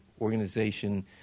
organization